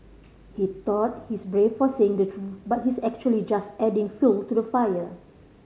he thought he's brave for saying the truth but he's actually just adding fuel to the fire